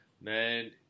man